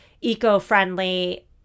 eco-friendly